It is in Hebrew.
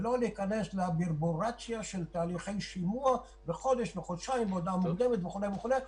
ולא להיכנס לברברת של תהליכי שימוע וכו' וכו'.